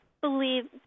believe